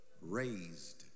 raised